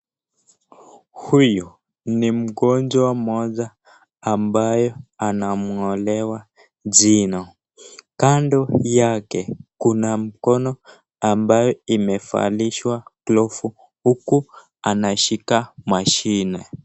Huyu ni mgonjwa mmoja ambaye anang'olewa jino. Kando yake kuna mkono ambayo imevalishwa glovu huku anashika mashine.